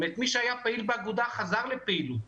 מי שהיה פעיל באגודה, חזר לפעילות,